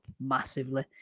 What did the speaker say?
massively